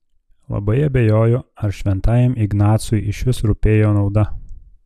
labai abejoju ar šventajam ignacui išvis rūpėjo nauda